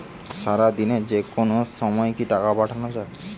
সারাদিনে যেকোনো সময় কি টাকা পাঠানো য়ায়?